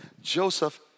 Joseph